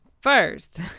first